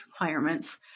requirements